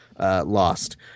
lost